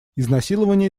изнасилования